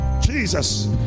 jesus